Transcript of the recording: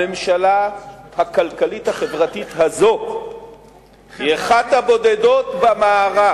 הממשלה הכלכלית החברתית הזאת היא אחת הבודדות במערב,